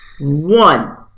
One